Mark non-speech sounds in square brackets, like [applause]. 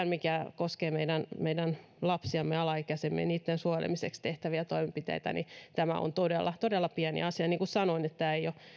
[unintelligible] mikä koskee meidän meidän lapsiamme alaikäisiämme heidän suojelemisekseen tehtäviä toimenpiteitä niin se on todella todella pieni asia niin kuin sanoin tämä ei ole